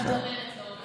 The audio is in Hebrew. למה את אומרת לא, אורית?